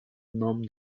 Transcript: nom